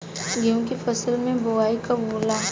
गेहूं के फसल के बोआई कब होला?